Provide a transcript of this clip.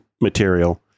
material